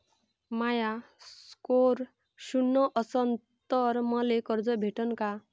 माया score शून्य असन तर मले कर्ज भेटन का?